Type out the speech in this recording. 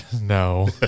No